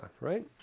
right